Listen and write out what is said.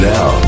Now